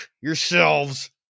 yourselves